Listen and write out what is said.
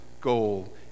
goal